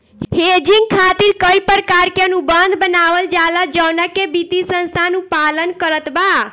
hedging खातिर कई प्रकार के अनुबंध बनावल जाला जवना के वित्तीय संस्था अनुपालन करत बा